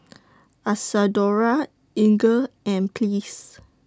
Isadora Inger and Pleas